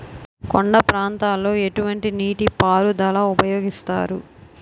కొండ ప్రాంతాల్లో ఎటువంటి నీటి పారుదల ఉపయోగిస్తారు?